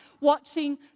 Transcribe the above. watching